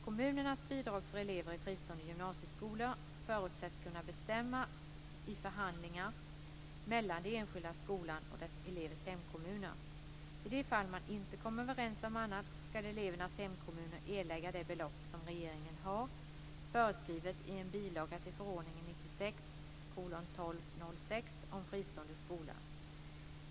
Kommunernas bidrag för elever i fristående gymnasieskolor förutsätts kunna bestämmas i förhandlingar mellan den enskilda skolan och dess elevers hemkommuner. I de fall man inte kommer överens om annat ska elevernas hemkommuner erlägga det belopp som regeringen har föreskrivit i en bilaga till förordningen 1996:1206 om fristående skolor.